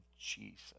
Jesus